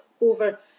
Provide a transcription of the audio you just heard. over